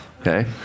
okay